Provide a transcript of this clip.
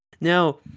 Now